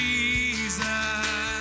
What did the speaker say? Jesus